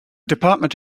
department